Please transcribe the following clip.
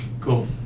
cool